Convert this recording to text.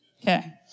Okay